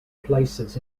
places